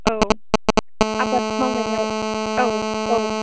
औ आबाद मावनायाव औ औ